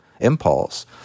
impulse